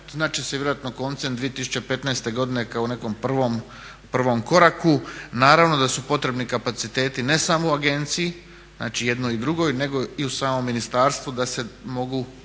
znati će se vjerojatno koncem 2015. godine kao nekom prvom koraku. Naravno da su potrebni kapaciteti, ne samo u agenciji, znači u jednoj i drugoj nego i u samom ministarstvu da se mogu